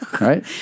Right